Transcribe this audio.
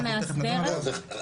אנחנו תכף נדון עליו.